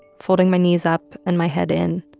folding my knees up and my head in.